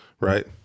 right